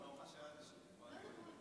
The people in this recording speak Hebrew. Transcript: רבותיי חברי הכנסת, להלן תוצאות